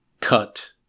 Cut